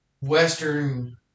Western